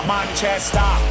Manchester